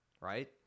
right